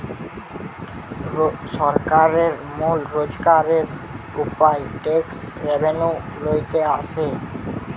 সরকারের মূল রোজগারের উপায় ট্যাক্স রেভেন্যু লইতে আসে